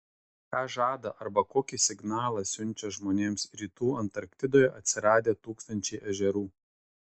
ką žada arba kokį signalą siunčia žmonėms rytų antarktidoje atsiradę tūkstančiai ežerų